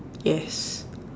yes